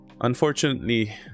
unfortunately